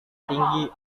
tinggi